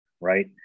right